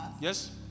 Yes